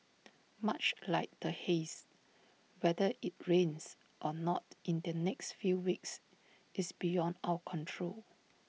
much like the haze whether IT rains or not in the next few weeks is beyond our control